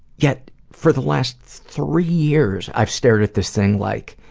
yet for the last three years, i've stared at this thing like,